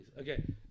Okay